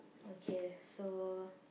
okay so